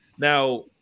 Now